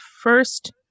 first